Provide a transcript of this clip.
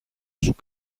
σου